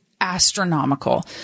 astronomical